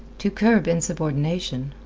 to curb insubordination,